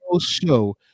show